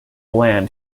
land